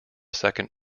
second